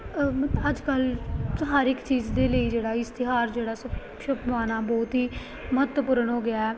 ਅੱਜ ਕੱਲ੍ਹ ਤਾਂ ਹਰ ਇੱਕ ਚੀਜ਼ ਦੇ ਲਈ ਜਿਹੜਾ ਇਸ਼ਤਿਹਾਰ ਜਿਹੜਾ ਛ ਛਪਵਾਉਣਾ ਬਹੁਤ ਹੀ ਮਹੱਤਵਪੂਰਨ ਹੋ ਗਿਆ